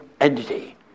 entity